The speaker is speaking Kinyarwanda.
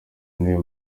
w’intebe